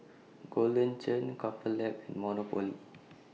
Golden Churn Couple Lab and Monopoly